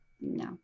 no